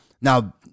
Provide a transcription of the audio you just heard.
now